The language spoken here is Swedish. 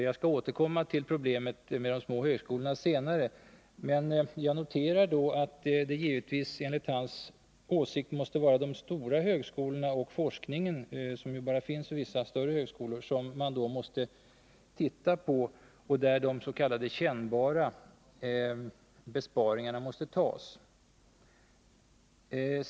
Jag skall återkomma till problemet med de små högskolorna senare, men jag noterar att det enligt Claes Elmstedts åsikt måste vara de stora högskolorna och forskningen, som ju bara förekommer vid vissa större högskolor, som man då måste titta på och där de s.k. kännbara besparingarna måste tas.